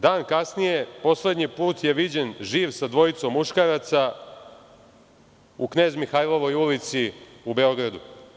Dan kasnije, poslednji put je viđen živ sa dvojicom muškaraca u Knez Mihailovoj ulici u Beogradu.